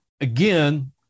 again